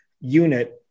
unit